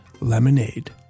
lemonade